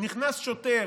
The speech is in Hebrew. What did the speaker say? נכנס שוטר,